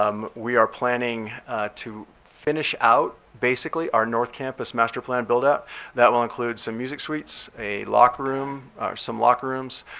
um we are planning to finish out, basically, our north campus master buildout. that will include some music suites, a locker room, or some locker rooms,